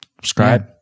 Subscribe